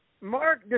Mark